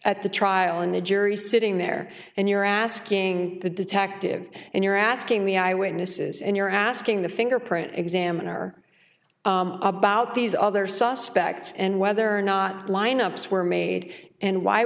at the trial in the jury sitting there and you're asking the detective and you're asking the eyewitnesses and you're asking the fingerprint examiner about these other suspects and whether or not lineups were made and why